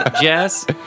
Jess